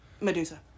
Medusa